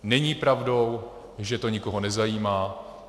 Není pravdou, že to nikoho nezajímá.